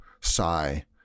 sigh